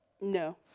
No